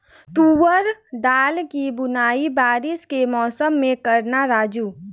तुवर दाल की बुआई बारिश के मौसम में करना राजू